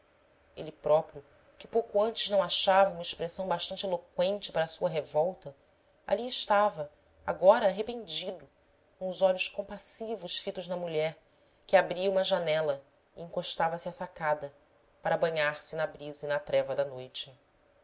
ele próprio que pouco antes não achava uma expressão bastante eloqüente para sua revolta ali estava agora arrependido com os olhos compassivos fitos na mulher que abria uma janela e encostava se à sacada para banhar se na brisa e na treva da noite